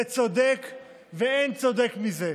זה צודק ואין צודק מזה.